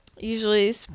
usually